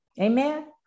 Amen